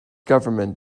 government